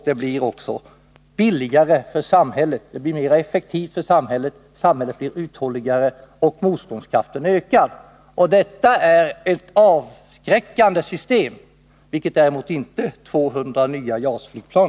Det blir dessutom billigare och mera effektivt för samhället. Samhället blir uthålligare, och motståndskraften ökar. Då skapar vi ett avskräckande system, vilket vi däremot inte gör med 200 nya JAS-flygplan.